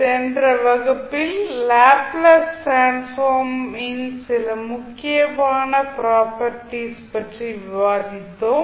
சென்ற வகுப்பில் Laplace transform சில முக்கிய ப்ராப்பர்ட்டீஸ் பற்றி விவாதித்தோம்